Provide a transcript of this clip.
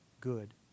good